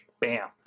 bam